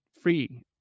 free